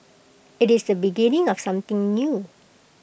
IT is the beginning of something new